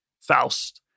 Faust